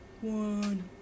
One